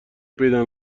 پیدا